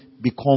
become